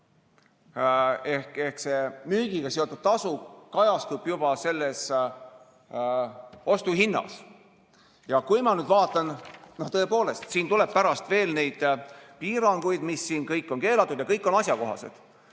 ehk see müügiga seotud tasu kajastub juba ostuhinnas. Ma nüüd vaatan, tõepoolest, et siin tuleb pärast veel neid piiranguid, mis kõik on keelatud, ja kõik need on asjakohased.